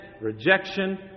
rejection